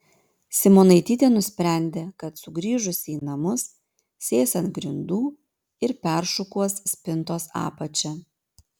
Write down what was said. simonaitytė nusprendė kad sugrįžusi į namus sės ant grindų ir peršukuos spintos apačią